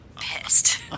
pissed